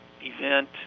event